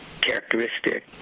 characteristic